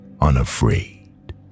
unafraid